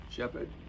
Shepard